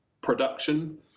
production